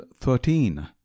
thirteen